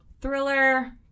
thriller